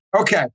Okay